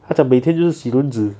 他这每天就是洗轮子